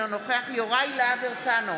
אינו נוכח יוראי להב הרצנו,